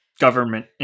government